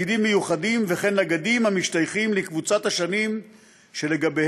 תפקידים מיוחדים וכן נגדים המשתייכים לקבוצת השנים שלגביה,